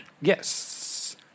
Yes